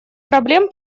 проблем